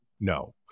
no